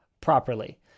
properly